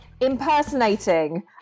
impersonating